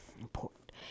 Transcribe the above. important